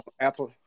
Apple